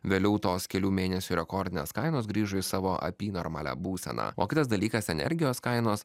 vėliau tos kelių mėnesių rekordinės kainos grįžo į savo apynormalią būseną o kitas dalykas energijos kainos